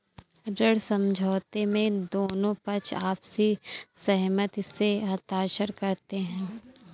ऋण समझौते में दोनों पक्ष आपसी सहमति से हस्ताक्षर करते हैं